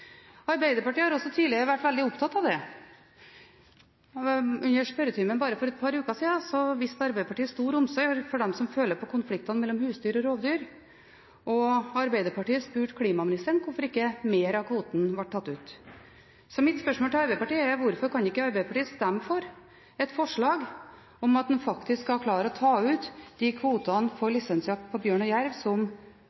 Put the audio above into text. Arbeiderpartiet har også tidligere vært veldig opptatt av det. I spørretimen for bare et par uker siden viste Arbeiderpartiet stor omsorg for dem som føler på konfliktene mellom husdyr og rovdyr, og Arbeiderpartiet spurte klimaministeren hvorfor ikke mer av kvoten ble tatt ut. Mitt spørsmål til Arbeiderpartiet er: Hvorfor kan ikke Arbeiderpartiet stemme for et forslag om at en faktisk skal klare å ta ut de kvotene for